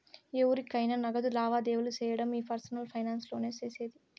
ఎవురికైనా నగదు లావాదేవీలు సేయడం ఈ పర్సనల్ ఫైనాన్స్ లోనే సేసేది